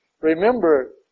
Remember